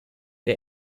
der